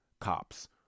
cops